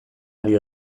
ari